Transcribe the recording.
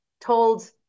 told